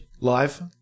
live